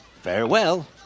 Farewell